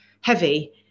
heavy